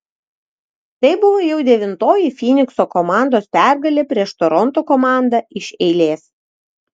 tai buvo jau devintoji fynikso komandos pergalė prieš toronto komandą iš eilės